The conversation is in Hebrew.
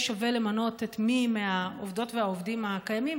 שווה למנות את מי מהעובדות והעובדים הקיימים,